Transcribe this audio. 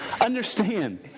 understand